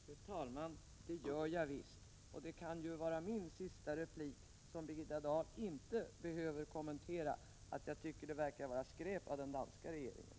Fru talman! Visst gör jag det. Min sista replik, som Birgitta Dahl inte behöver kommentera, är att jag tycker att det verkar vara skräp med den danska regeringen.